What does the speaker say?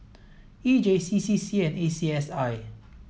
E J C C C A and A C S I